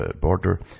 border